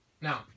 Now